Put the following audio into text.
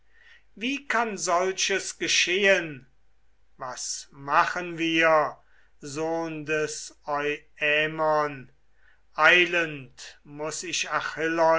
wie kann solches geschehn was machen wir sohn des euämon eilend muß ich